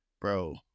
bro